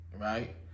right